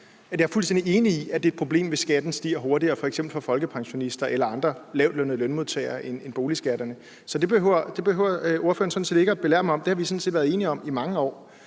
jeg er fuldstændig enig i, at det er et problem, hvis skatten stiger hurtigere, f.eks. for folkepensionister eller andre lavtlønnede lønmodtagere, end boligskatterne. Så det behøver ordføreren sådan set ikke belære mig om, det har vi været enige om i mange år.